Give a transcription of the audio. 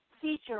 feature